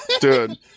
Dude